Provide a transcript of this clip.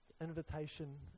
Invitation